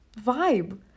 vibe